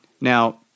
Now